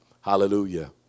Hallelujah